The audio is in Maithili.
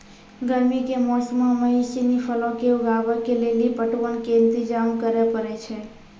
गरमी के मौसमो मे इ सिनी फलो के उगाबै के लेली पटवन के इंतजाम करै पड़ै छै